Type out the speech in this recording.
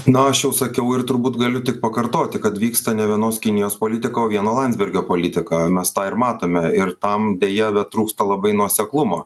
na aš jau sakiau ir turbūt galiu tik pakartoti kad vyksta ne vienos kinijos politika o vieno landsbergio politika mes tą ir matome ir tam deja bet trūksta labai nuoseklumo